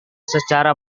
secara